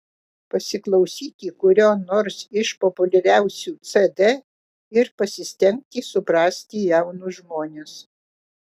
pasiklausyti kurio nors iš populiariausių cd ir pasistengti suprasti jaunus žmones